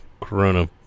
Corona